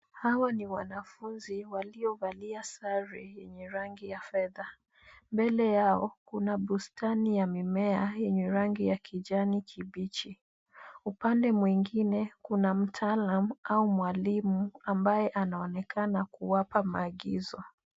Hawa ni wanafunzi waliovalia sare yenye rangi ya fedha. Mbele yao kuna bustani ya mimea yenye rangi ya kijani kibichi. Upande mwingine kuna mtaalam au mwalimu ambaye anaonekana kuwapa maagizo.